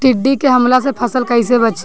टिड्डी के हमले से फसल कइसे बची?